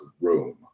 room